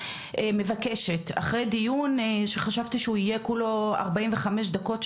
מבקשת אחרי דיון שחשבתי שהוא יהיה כולו 45 דקות,